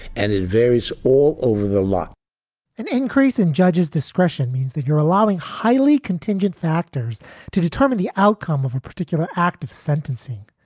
and it varies all over the law an increase in judges discretion means that you're allowing highly contingent factors to determine the outcome of a particular act of sentencing.